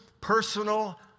personal